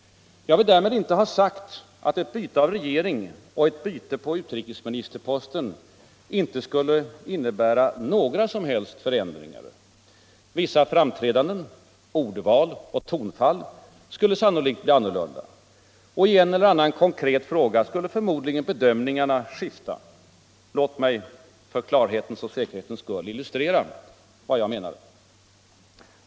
Jag vill därmed inte ha sagt att ett byte av regering, och ett byte på utrikesministerposten, inte skulle innebära några som helst förändringar. Vissa framträdanden, ordval och tonfall skulle sannolikt bli annorlunda, och i en eller annan konkret fråga skulle förmodligen bedömningarna skifta. Låt mig — för klarhetens och säkerhetens skull — illustrera vad jag menar.